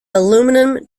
aluminum